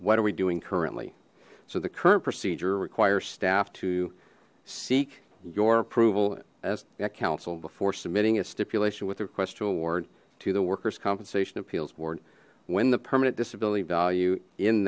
what are we doing currently so the current procedure requires staff to seek your approval as counsel before submitting a stipulation with a request to award to the workers compensation appeals board when the permanent disability value in